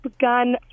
Gun